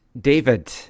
David